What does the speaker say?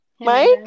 Mike